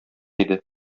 иде